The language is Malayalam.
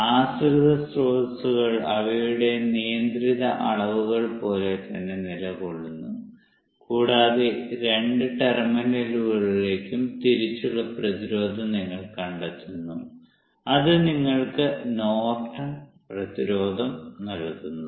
ആശ്രിത സ്രോതസ്സുകൾ അവയുടെ നിയന്ത്രിത അളവുകൾ പോലെ തന്നെ നിലകൊള്ളുന്നു കൂടാതെ രണ്ട് ടെർമിനലുകളിലേക്കും തിരിച്ചുള്ള പ്രതിരോധം നിങ്ങൾ കണ്ടെത്തുന്നു അത് നിങ്ങൾക്ക് നോർട്ടൺ പ്രതിരോധം നൽകുന്നു